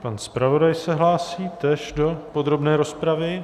Pan zpravodaj se hlásí též do podrobné rozpravy.